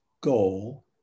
goal